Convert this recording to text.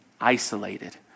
isolated